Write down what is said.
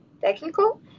technical